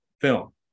film